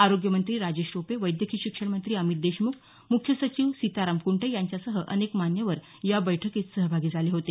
आरोग्यमंत्री राजेश टोपे वैद्यकीय शिक्षण मंत्री अमित देशमुख मुख्य सचिव सीताराम कुंटे यांच्यासह अनेक मान्यवर या बैठकीत सहभागी झाले होते